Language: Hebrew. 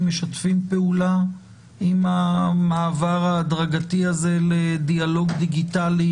משתפים פעולה עם המעבר ההדרגתי הזה לדיאלוג דיגיטלי?